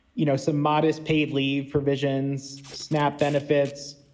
you know, some modest paid leave provisions, snap benefits,